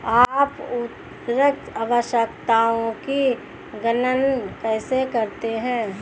आप उर्वरक आवश्यकताओं की गणना कैसे करते हैं?